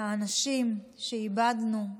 האנשים שאיבדנו,